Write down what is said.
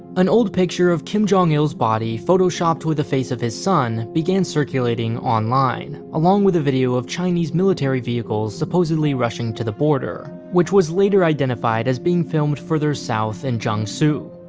an old picture of kim jong-il's body, photoshopped with the face of his son, began circulating online, along with a video of chinese military vehicles supposedly rushing to the border which was later identified as being filmed further south in jiangsu.